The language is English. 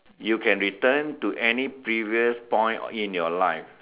you can return to any previous point in your life